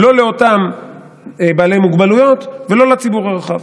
לא לאותם בעלי מוגבלויות ולא לציבור הרחב.